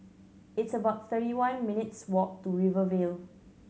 it's about thirty one minutes' walk to Rivervale